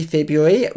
February